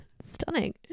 Stunning